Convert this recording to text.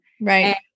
Right